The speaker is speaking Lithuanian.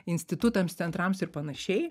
institutams centrams ir panašiai